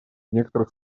некоторых